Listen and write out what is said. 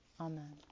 Amen